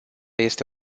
este